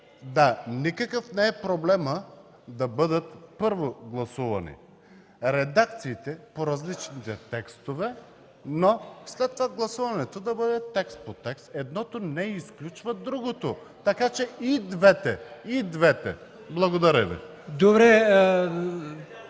Никакъв не е проблемът да бъдат първо гласувани редакциите по различните текстове, но след това гласуването да бъде текст по текст. Едното не изключва другото, така че и двете. Благодаря Ви.